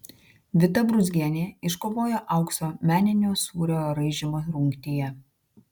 vita brūzgienė iškovojo auksą meninio sūrio raižymo rungtyje